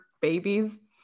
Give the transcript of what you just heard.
babies